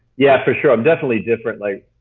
yeah, for sure. i'm definitely different. like